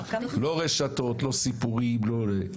לא רשתות, לא סיפורים, לא זה.